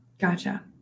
Gotcha